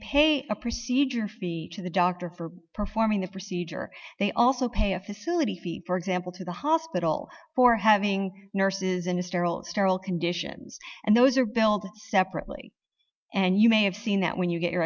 pay a procedure fee to the doctor for performing the procedure they also pay a facility fee for example to the hospital for having nurses in a sterile sterile conditions and those are billed separately and you may have seen that when you get your